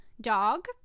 dog